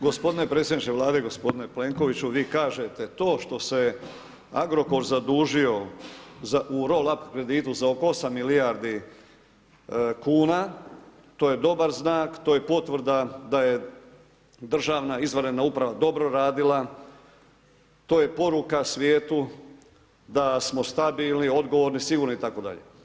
Gospodine predsjedniče Vlade, gospodinu Plenkoviću, vi kažete to što se Agrokor zadužio u roll up kreditu za oko 8 milijardi kuna to je dobar znak, to je potvrda da je državna izvanredna uprava dobro radila, to je poruka svijetu da smo stabilni, odgovorni, sigurni itd.